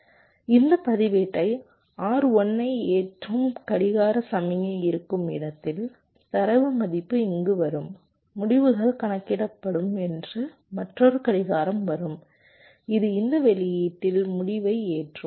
இந்த பதிவேட்டை R1 ஐ ஏற்றும் கடிகார சமிக்ஞை இருக்கும் இடத்தில் தரவு மதிப்பு இங்கு வரும் முடிவுகள் கணக்கிடப்படும் மற்றும் மற்றொரு கடிகாரம் வரும் இது இந்த வெளியீட்டில் முடிவை ஏற்றும்